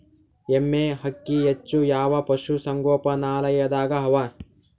ಎಮ್ಮೆ ಅಕ್ಕಿ ಹೆಚ್ಚು ಯಾವ ಪಶುಸಂಗೋಪನಾಲಯದಾಗ ಅವಾ?